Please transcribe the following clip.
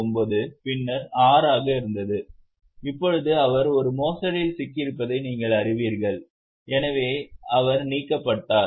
79 பின்னர் 6 ஆக இருந்தது இப்போது அவர் ஒரு மோசடியில் சிக்கியிருப்பதை நீங்கள் அறிவீர்கள் எனவே அவர் நீக்கப்பட்டார்